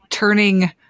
turning